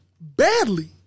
badly